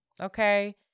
Okay